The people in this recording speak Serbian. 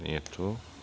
Nije tu.